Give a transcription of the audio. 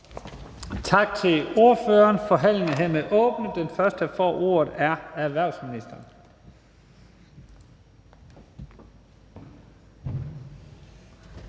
Tak til ordføreren. Forhandlingen er åbnet, og den første, der får ordet, er erhvervsministeren.